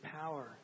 power